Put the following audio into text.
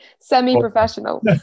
semi-professional